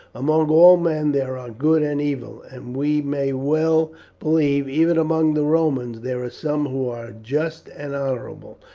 among all men there are good and evil, and we may well believe, even among the romans, there are some who are just and honourable.